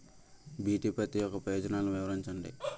BT పత్తి యొక్క ప్రయోజనాలను వివరించండి?